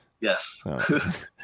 yes